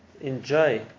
enjoy